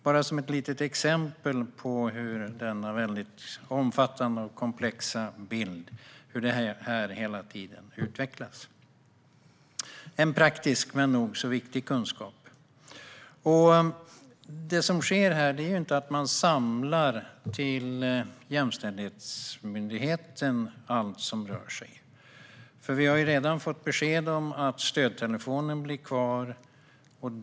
Det var ett litet exempel på hur denna omfattande och komplexa bild hela tiden utvecklas. Det är en praktisk men nog så viktig kunskap. Det som sker är inte att allt som rör sig samlas till den nya jämställdhetsmyndigheten. Vi har redan fått besked om att stödtelefonen blir kvar.